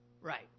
right